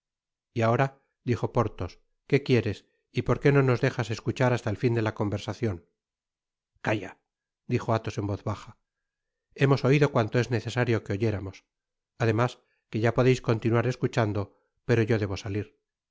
y ahora dijo porthos que quieres y por qué no nos dejas escuchar hasta al fin de la conversacion calla dijo athos en voz baja hemos oido cuanto es necesario que oyéramos además que ya podreis continuar escuchando pero yo debo salir